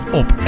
op